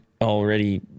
already